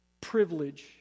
privilege